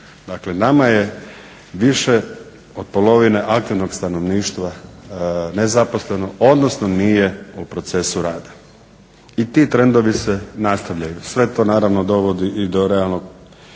Dakle, nama je više od polovine aktivnog stanovništva nezaposleno, odnosno nije u procesu rada. I ti trendovi se nastavljaju. Sve to naravno dovodi i do realnog